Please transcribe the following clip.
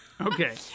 okay